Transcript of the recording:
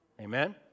Amen